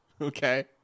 okay